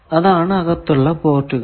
അതാണ് അകത്തുള്ള പോർട്ടുകൾ